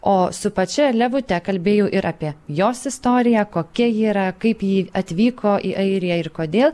o su pačia levute kalbėjau ir apie jos istoriją kokia ji yra kaip ji atvyko į airiją ir kodėl